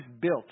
built